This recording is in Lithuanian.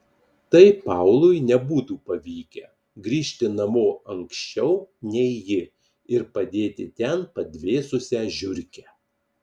tai paului nebūtų pavykę grįžti namo anksčiau nei ji ir padėti ten padvėsusią žiurkę